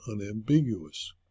unambiguous